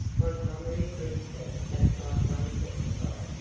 montgomery brewster sat like one petrified,